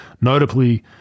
notably